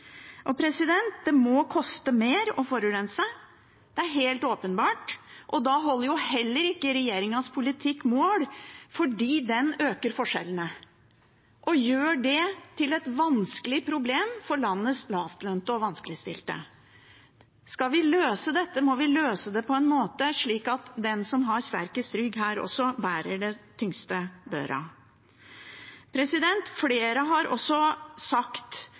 Det må koste mer å forurense. Det er helt åpenbart. Da holder heller ikke regjeringens politikk mål, for den øker forskjellene og gjør det til et vanskelig problem for landets lavtlønte og vanskeligstilte. Skal vi løse dette, må vi løse det på en måte som gjør at de som har sterkest rygg, også bærer den tyngste børa. Flere har sagt